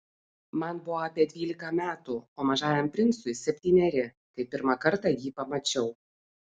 man buvo apie dvylika metų o mažajam princui septyneri kai pirmą kartą jį pamačiau